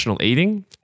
eating